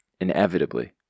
Inevitably